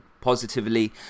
positively